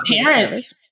parents